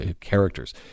characters